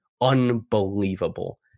unbelievable